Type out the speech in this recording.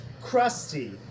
crusty